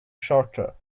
shorter